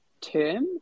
Term